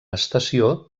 estació